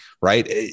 right